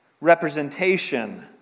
representation